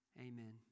Amen